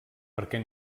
perquè